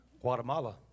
Guatemala